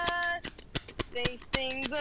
us facing